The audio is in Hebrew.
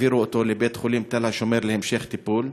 העבירו אותו לבית-חולים תל השומר להמשך טיפול.